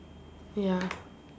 ya